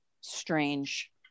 strange